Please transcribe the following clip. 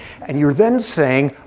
and you're then saying,